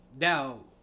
now